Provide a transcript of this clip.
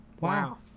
Wow